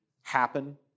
happen